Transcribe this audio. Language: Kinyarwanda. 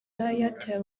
airtel